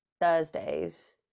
Thursdays